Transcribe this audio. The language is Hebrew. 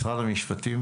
משרד המשפטים,